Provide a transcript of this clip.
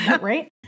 Right